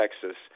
texas